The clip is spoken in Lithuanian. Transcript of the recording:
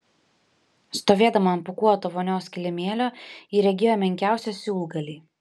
stovėdama ant pūkuoto vonios kilimėlio ji regėjo menkiausią siūlgalį